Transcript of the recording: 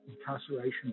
incarceration